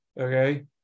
okay